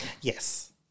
Yes